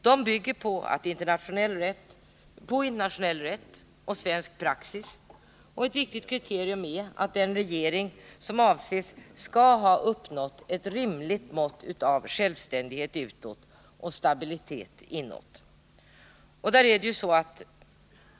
De bygger på internationell rätt och svensk praxis, och ett viktigt kriterium är att den regering som avses skall ha uppnått ett rimligt mått av självständighet utåt och stabilitet inåt.